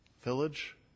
Village